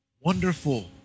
Wonderful